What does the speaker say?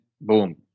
boom